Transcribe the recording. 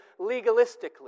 legalistically